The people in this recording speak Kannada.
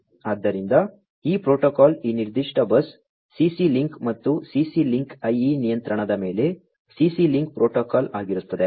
ಆದ್ದರಿಂದ ಈ ಪ್ರೋಟೋಕಾಲ್ ಈ ನಿರ್ದಿಷ್ಟ ಬಸ್ CC ಲಿಂಕ್ ಮತ್ತು CC ಲಿಂಕ್ IE ನಿಯಂತ್ರಣದ ಮೇಲೆ CC ಲಿಂಕ್ ಪ್ರೋಟೋಕಾಲ್ ಆಗಿರುತ್ತದೆ